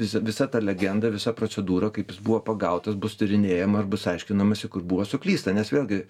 visa visa ta legenda visa procedūra kaip jis buvo pagautas bus tyrinėjama ir bus aiškinamasi kur buvo suklysta nes vėlgi